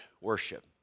worship